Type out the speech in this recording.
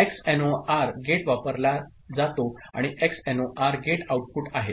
XNOR gate वापरला जातो आणि एक्सएनओआर गेट आउटपुट आहेत